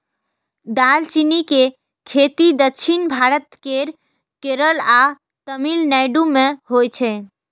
दालचीनी के खेती दक्षिण भारत केर केरल आ तमिलनाडु मे होइ छै